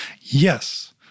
Yes